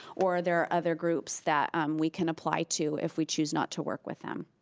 or there are other groups that we can apply to if we choose not to work with them.